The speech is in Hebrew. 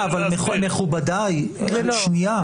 מכובדיי, שנייה.